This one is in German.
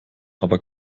aber